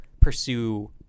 pursue